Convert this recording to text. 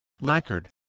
lacquered